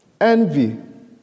envy